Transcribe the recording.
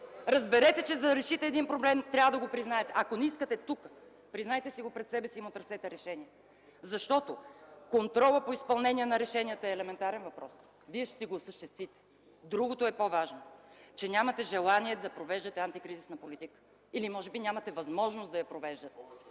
Разберете, че, за да решите един проблем, трябва да го признаете. Ако не искате тук, признайте си го пред себе си и му търсете решение. Защото контролът по изпълнение на решенията е елементарен въпрос. Вие ще го осъществите. Другото е по-важно – че нямате желание да провеждате антикризисна политика. Или може би нямате възможност да я провеждате.